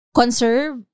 conserve